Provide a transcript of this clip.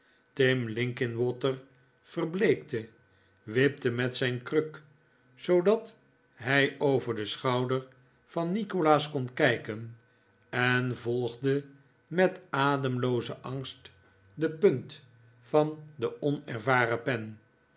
tim linkinwater verbleekte wipte met zijn kruk zoodat hij over den schouder van nikolaas kon kijken en volgde met ademloozen angst de punt van de onervaren pen